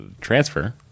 transfer